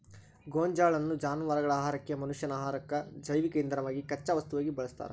ಗೋಂಜಾಳನ್ನ ಜಾನವಾರಗಳ ಆಹಾರಕ್ಕ, ಮನಷ್ಯಾನ ಆಹಾರಕ್ಕ, ಜೈವಿಕ ಇಂಧನವಾಗಿ ಕಚ್ಚಾ ವಸ್ತುವಾಗಿ ಬಳಸ್ತಾರ